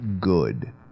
good